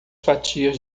fatias